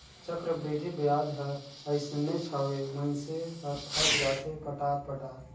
चक्रबृद्धि बियाज हर अइसनेच हवे, मइनसे हर थक जाथे पटात पटात